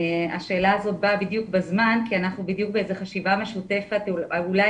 השאלה הזאת באה בדיוק בזמן כי אנחנו בדיוק באיזו חשיבה משותפת על אולי